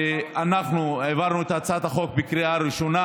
אנחנו העברנו את הצעת החוק בקריאה הראשונה.